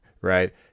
right